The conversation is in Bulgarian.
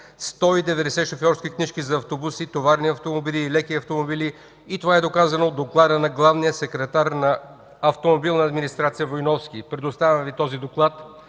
190 шофьорски книжки за автобуси, товарни автомобили, леки автомобили. Това е доказано от доклада на главния секретар на „Автомобилна администрация“ Войновски. Предоставям Ви този доклад